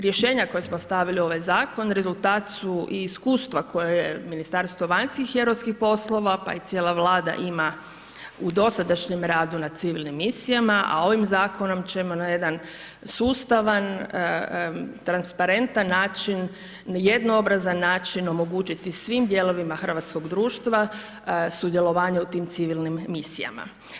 Rješenja koja smo stavili u ovaj Zakon, rezultat su i iskustava koje je Ministarstvo vanjskih i europskih poslova, pa i cijela Vlada ima u dosadašnjem radu na civilnim misijama, a ovim Zakonom ćemo na jedan sustavan, transparentan način, na jednoobrazan način omogućiti svim dijelovima hrvatskog društva sudjelovanje u tim civilnim misijama.